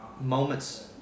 moments